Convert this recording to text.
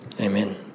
amen